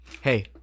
hey